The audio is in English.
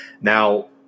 Now